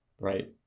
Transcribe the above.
right